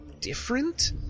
different